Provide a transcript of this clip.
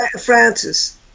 francis